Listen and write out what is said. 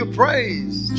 praise